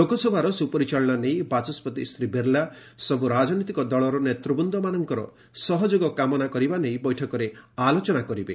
ଲୋକସଭାର ସୁପରିଚାଳନା ନେଇ ବାଚସ୍କତି ଶ୍ରୀ ବିର୍ଲା ସବୁ ରାଜନୈତିକ ଦଳର ନେତୂବୃନ୍ଦମାନଙ୍କର ସହଯୋଗ କାମନା କରିବା ନେଇ ବୈଠକରେ ଆଲୋଚନା କରିବେ